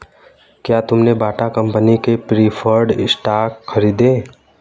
क्या तुमने Bata company के प्रिफर्ड स्टॉक खरीदे?